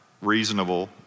reasonable